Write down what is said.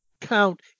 count